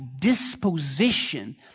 disposition